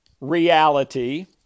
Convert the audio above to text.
reality